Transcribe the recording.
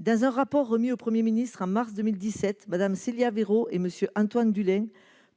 Dans un rapport remis au Premier ministre en mars 2017, Mme Célia Verot et M. Antoine Dulin